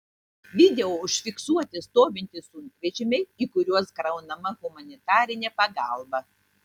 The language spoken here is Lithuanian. video užfiksuoti stovintys sunkvežimiai į kuriuos kraunama humanitarinė pagalba